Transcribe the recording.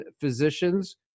physicians